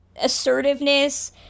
assertiveness